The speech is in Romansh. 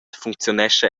funcziunescha